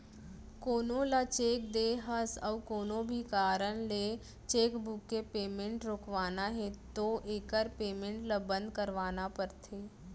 कोनो ल चेक दे हस अउ कोनो भी कारन ले चेकबूक के पेमेंट रोकवाना है तो एकर पेमेंट ल बंद करवाना परथे